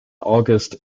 august